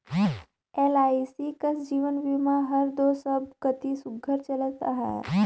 LIC कस जीवन बीमा हर दो सब कती सुग्घर चलत अहे